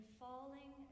falling